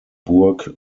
burg